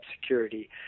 security